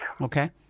Okay